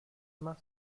más